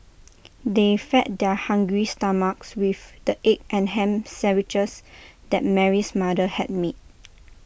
they fed their hungry stomachs with the egg and Ham Sandwiches that Mary's mother had made